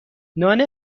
نان